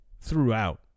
throughout